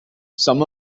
some